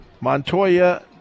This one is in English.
Montoya